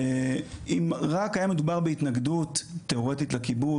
ואם רק היה מדובר בהתנגדות תיאורטית לכיבוש,